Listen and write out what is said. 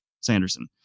sanderson